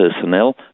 personnel